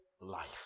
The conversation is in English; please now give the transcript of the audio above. life